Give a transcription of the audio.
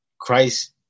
Christ